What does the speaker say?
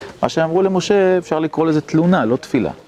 מה שאמרו למשה אפשר לקרוא לזה תלונה, לא תפילה.